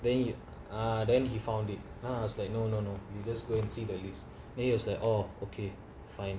then he ah then he found it I was like no no no you just go and see the list then he was like orh okay fine